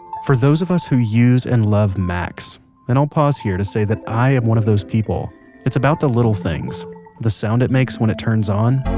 for those of us who use and love macs and i'll pause here to say that i am one of those people it's about the little things the sound it makes when it turns on,